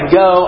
go